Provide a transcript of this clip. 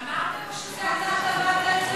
אמרת לו שזה אתה קבעת את זה?